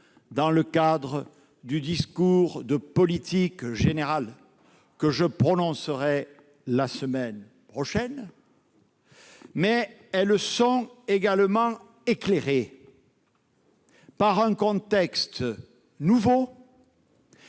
vous lors du discours de politique générale que je prononcerai la semaine prochaine, mais elles s'inscrivent également dans un contexte nouveau,